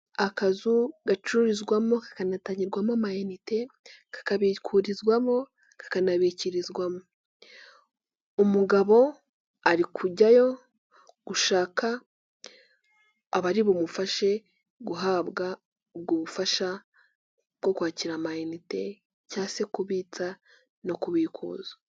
Akazu gacururizwamo kakanatangirwamo ama inite, kakabikurizwamo kakanabikirizwamo. Umugabo ari kujyayo gushaka abari bumufashe guhabwa ubwo bufasha bwo kwakira ama inite, cya se kubitsa no kubikuza.